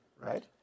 right